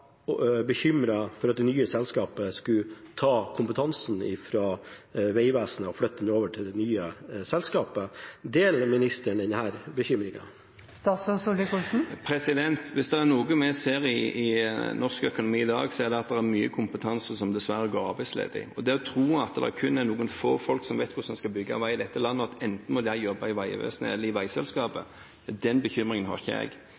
skulle flytte kompetansen fra Vegvesenet over til det nye selskapet. Deler ministeren denne bekymringen? Hvis det er noe vi ser i norsk økonomi i dag, er det at det er mange med mye kompetanse som dessverre går arbeidsledig. Det å tro at det kun er noen få folk som vet hvordan en skal bygge vei i dette landet, og at de må jobbe enten i Vegvesenet eller i veiselskapet, er en bekymring jeg ikke